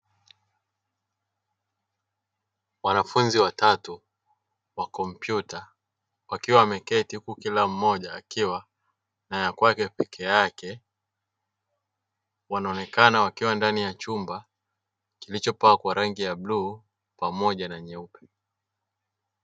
Wanafunzi watatu wa kompyuta wakiwa wameketi huku kila mmoja akiwa na ya kwake peke yake, wanaonekana wakiwa ndani ya chumba kilichopakwa rangi ya bluu pamoja na nyeupe.